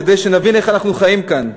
כדי שנבין איך אנחנו חיים כאן.